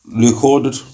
recorded